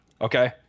Okay